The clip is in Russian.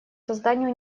созданию